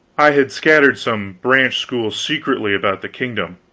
i had scattered some branch schools secretly about the kingdom,